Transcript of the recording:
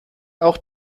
auch